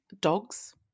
dogs